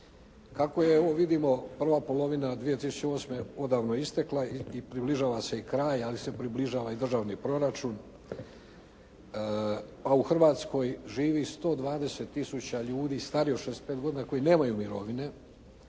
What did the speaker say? Kako evo vidimo prva polovina 2008. odavno istekla i približava se i kraj, ali se približava i državni proračun, a u Hrvatskoj živi 120000 ljudi starijih od 65 godina koji nemaju mirovine,